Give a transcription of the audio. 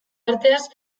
arteaz